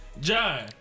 John